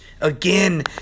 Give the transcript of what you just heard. again